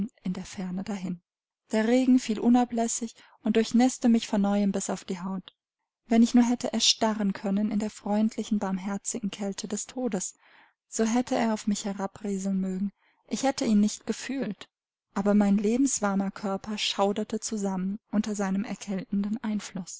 in der ferne dahin der regen fiel unablässig und durchnäßte mich von neuem bis auf die haut wenn ich nur hätte erstarren können in der freundlichen barmherzigen kälte des todes so hätte er auf mich herabrieseln mögen ich hätte ihn nicht gefühlt aber mein lebenswarmer körper schauderte zusammen unter seinem erkältenden einfluß